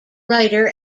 writer